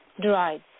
Dried